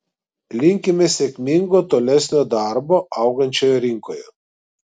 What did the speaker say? linkime sėkmingo tolesnio darbo augančioje rinkoje